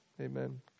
Amen